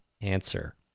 answer